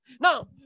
Now